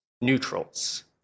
neutrals